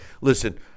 Listen